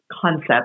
concept